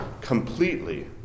completely